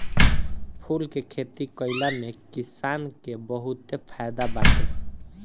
फूल के खेती कईला में किसान के बहुते फायदा बाटे